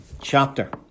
chapter